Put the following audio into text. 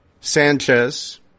Sanchez